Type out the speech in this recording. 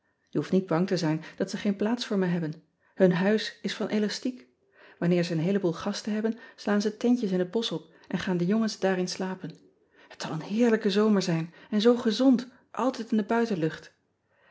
e hoeft niet bang te zijn dat ze geen plaats voor me hebben hun huis is van elastiek anneer ze een heeleboel gasten hebben slaan ze tentjes in het bosch op en gaan de jongens daarin slapen et zal een heerlijke zomer zijn en zoo gezond altijd in de buitenlucht